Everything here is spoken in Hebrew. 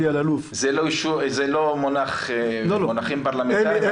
אלי אלאלוף --- אלה לא מונחים פרלמנטריים,